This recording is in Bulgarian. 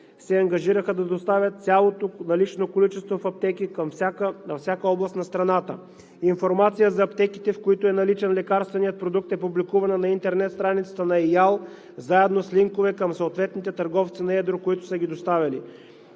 се ангажираха да доставят цялото налично количество в аптеки във всяка област на страната. Информация за аптеките, в които е наличен лекарственият продукт, е публикувана на интернет страницата на ИАЛ, заедно с линкове към съответните търговци на едро, които са ги доставили.